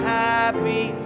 happy